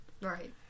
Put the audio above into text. right